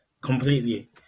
completely